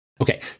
Okay